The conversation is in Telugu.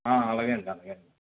అలాగే అండి అలాగే అండి